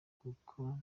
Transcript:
kuko